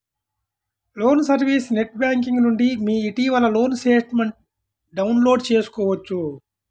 loan service net banking నుండి మీ ఇటీవలి లోన్ స్టేట్మెంట్ను డౌన్లోడ్ చేసుకోవచ్చు